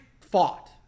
fought